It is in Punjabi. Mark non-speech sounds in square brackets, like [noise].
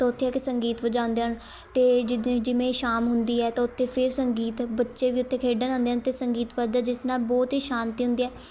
ਤਾਂ ਉੱਥੇ ਆ ਕੇ ਸੰਗੀਤ ਵਜਾਉਂਦੇ ਹਨ ਅਤੇ [unintelligible] ਜਿਵੇਂ ਹੀ ਸ਼ਾਮ ਹੁੰਦੀ ਹੈ ਤਾਂ ਉੱਥੇ ਫਿਰ ਸੰਗੀਤ ਬੱਚੇ ਵੀ ਉੱਥੇ ਖੇਡਣ ਆਉਂਦੇ ਹਨ ਅਤੇ ਸੰਗੀਤ ਵੱਜਦਾ ਜਿਸ ਨਾਲ਼ ਬਹੁਤ ਹੀ ਸ਼ਾਂਤੀ ਹੁੰਦੀ ਹੈ